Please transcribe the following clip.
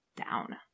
down